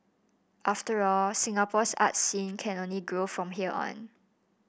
after all Singapore's art scene can only grow from here on